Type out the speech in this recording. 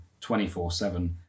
24-7